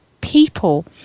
people